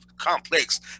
complex